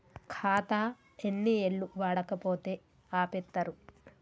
ఖాతా ఎన్ని ఏళ్లు వాడకపోతే ఆపేత్తరు?